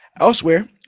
Elsewhere